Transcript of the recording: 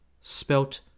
spelt